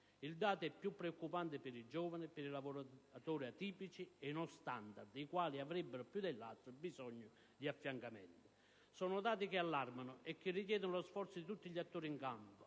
Il dato è più preoccupante per i giovani e per i lavoratori atipici e non standard i quali avrebbero, più degli altri, bisogno di affiancamento. Sono dati che allarmano e che richiedono lo sforzo di tutti gli attori in campo